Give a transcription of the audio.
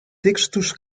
textos